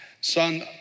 son